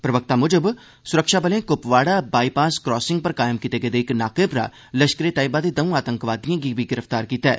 प्रवक्ता मुजब सुरक्षाबलें कुपवाड़ा बाईपास क्रासिंग पर कायम कीते गेदे इक नाके परा लश्करे तैयबा दे दौं आतंकवादिए गी बी गिरफ्तार कीता ऐ